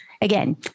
Again